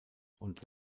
und